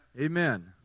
Amen